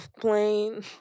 plane